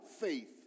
faith